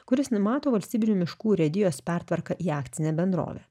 kuris numato valstybinių miškų urėdijos pertvarką į akcinę bendrovę